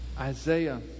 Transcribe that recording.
Isaiah